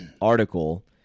article